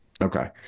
Okay